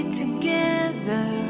together